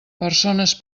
persones